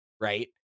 right